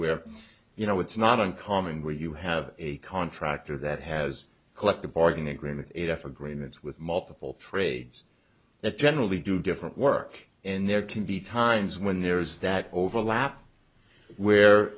where you know it's not uncommon where you have a contractor that has collective bargaining agreement if agreements with multiple trades that generally do different work and there can be times when there is that overlap where